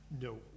no